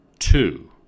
two